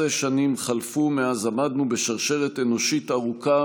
943, 826, 941,